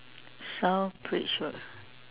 south bridge road